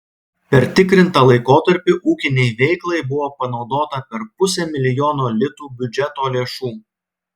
per tikrintą laikotarpį ūkinei veiklai buvo panaudota per pusę milijono litų biudžeto lėšų